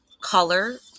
color